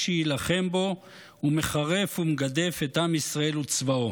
שיילחם בו ומחרף ומגדף את עם ישראל וצבאו.